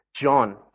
John